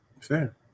Fair